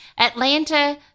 Atlanta